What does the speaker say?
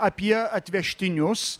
apie atvežtinius